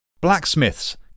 blacksmiths